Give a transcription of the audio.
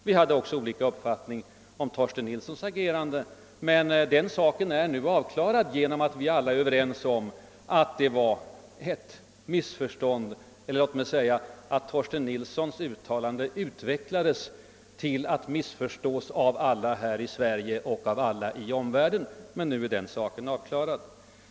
Vi hade också olika uppfattning om utrikesminister Torsten Nilssons agerande på partikongressen, men den saken är avklarad genom att vi nu alla är överens om att det var ett missförstånd eller, låt mig uttrycka det så, att Torsten Nilssons uttalande missförstods av alla här i Sverige och av alla i omvärlden. Nu är den saken som sagt avklarad.